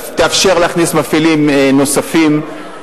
תאפשר להכניס מפעילים נוספים,